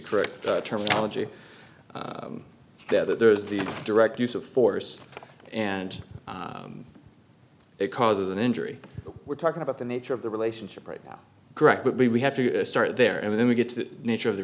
correct terminology that there is the direct use of force and it causes an injury we're talking about the nature of the relationship right now correct but we have to start there and then we get to the nature of the